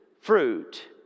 fruit